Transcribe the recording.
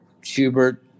Schubert